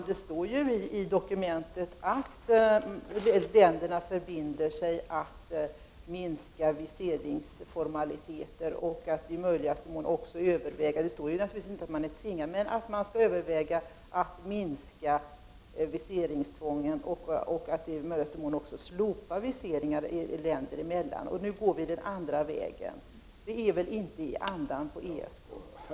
Herr talman! Det står i dokumentet att länderna förbinder sig att minska viseringsformaliteter och att i möjligaste mån också överväga att minska viseringstvången och slopa viseringar länder emellan — det står naturligtvis inte i dokumentet att man är tvingad att göra detta, men att man i möjligaste mån skall överväga dessa åtgärder. Nu går vi i Sverige den andra vägen. Det är väl inte i ESK:s anda?